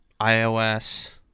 iOS